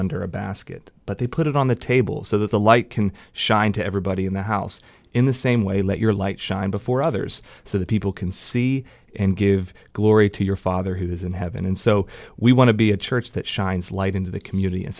under a basket but they put it on the table so that the light can shine to everybody in the house in the same way let your light shine before others so that people can see and give glory to your father who is in heaven and so we want to be a church that shines light into the community and